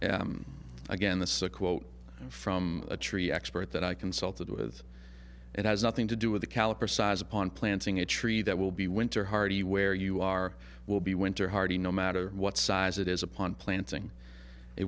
upon again the quote from a tree expert that i consulted with it has nothing to do with the caliper size upon planting a tree that will be winter hardy where you are will be winter hardy no matter what size it is upon planting it